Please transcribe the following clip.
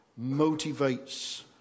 motivates